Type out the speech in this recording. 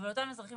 אותם אזרחים